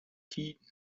tiden